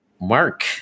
mark